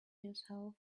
yourself